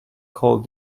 called